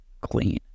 clean